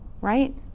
Right